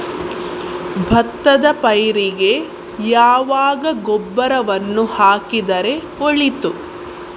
ಭತ್ತದ ಪೈರಿಗೆ ಯಾವಾಗ ಗೊಬ್ಬರವನ್ನು ಹಾಕಿದರೆ ಒಳಿತು?